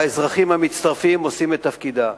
והאזרחים המצטרפים עושים את תפקידם,